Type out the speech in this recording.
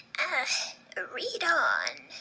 read on.